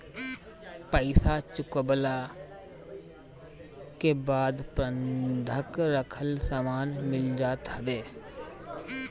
पईसा चुकवला के बाद बंधक रखल सामान मिल जात हवे